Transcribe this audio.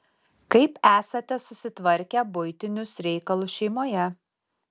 kaip esate susitvarkę buitinius reikalus šeimoje